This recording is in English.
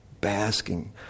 Basking